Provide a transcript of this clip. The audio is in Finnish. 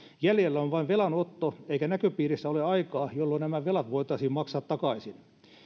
jäljellä on vain velanotto eikä näköpiirissä ole aikaa jolloin nämä velat voitaisiin maksaa takaisin